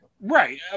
Right